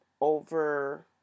over